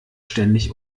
ständig